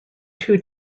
two